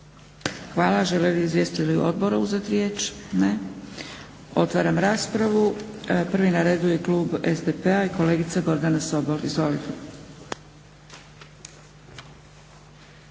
Hvala. Žele li izvjestitelji odbora uzeti riječ? Ne. Otvaram raspravu. Prvi na redu je klub SDP-a i kolegica Gordana Sobol. Izvolite.